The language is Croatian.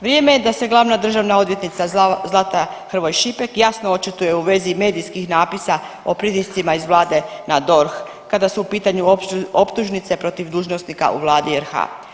Vrijeme je da se glavna državna odvjetnica Zlata Hrvoj Šipek jasno očituje u vezi medijskih natpisa o pritiscima iz vlade na DORH kada su u pitanju optužnice protiv dužnosnika u Vladi RH.